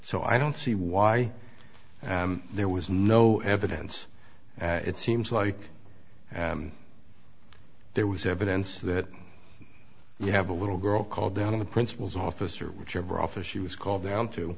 so i don't see why there was no evidence it seems like there was evidence that you have a little girl called down to the principal's office or whichever office she was called down to